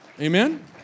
Amen